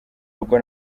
rugo